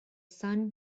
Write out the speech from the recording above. sun